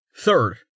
Third